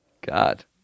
God